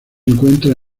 encuentra